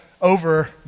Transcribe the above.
over